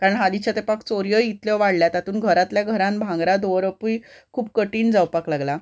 कारण हालींच्या तेंपा चोरयोय इतल्यो वाडल्या तातून घरांतल्या घरान भांगरां दवरपूय खूब कठीण जावपाक लागलां